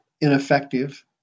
ineffective